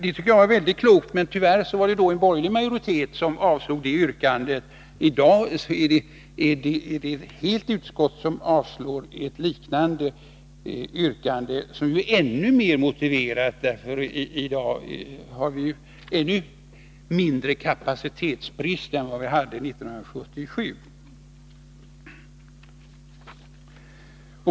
Jag tycker det var väldigt klokt, men tyvärr avslog då en borgerlig majoritet detta yrkande. 45 I dag är det ett helt utskott som avstyrker ett liknande yrkande, som är ännu mer motiverat, därför att vi i dag har ännu mindre kapacitetsbrist än vi hade 1977.